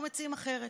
אנחנו מציעים אחרת.